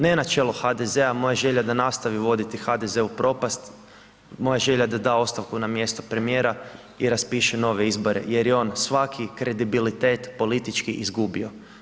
Ne na čelo HDZ-a, moja je želja da nastavi voditi HDZ u propast, moja je želja da da ostavku na mjesto premijera i raspiše nove izbore jer je on svaki kredibilitet politički izgubio.